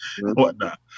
whatnot